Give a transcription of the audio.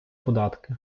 податки